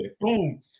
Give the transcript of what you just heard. Boom